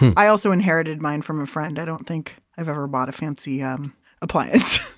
i also inherited mine from a friend. i don't think i've ever bought a fancy um appliance.